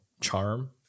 charm